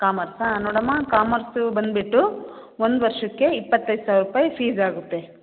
ಕಾಮರ್ಸಾ ನೋಡಮ್ಮ ಕಾಮರ್ಸು ಬಂದುಬಿಟ್ಟು ಒಂದು ವರ್ಷಕ್ಕೆ ಇಪ್ಪತ್ತೈದು ಸಾವಿರ ರೂಪಾಯಿ ಫೀಸ್ ಆಗುತ್ತೆ